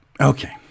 okay